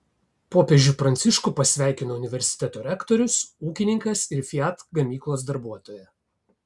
popiežių pranciškų pasveikino universiteto rektorius ūkininkas ir fiat gamyklos darbuotoja